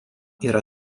yra